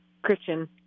Christian